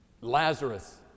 Lazarus